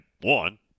one